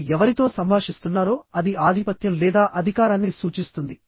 మీరు ఎవరితో సంభాషిస్తున్నారో అది ఆధిపత్యం లేదా అధికారాన్ని సూచిస్తుంది